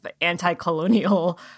anti-colonial